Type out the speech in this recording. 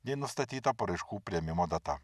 nei nustatyta paraiškų priėmimo data